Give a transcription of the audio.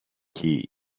key